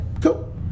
cool